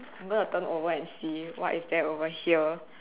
I'm going to turn over and see what is there over here